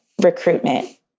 recruitment